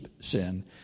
sin